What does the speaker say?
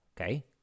okay